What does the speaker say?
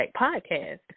Podcast